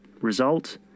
Result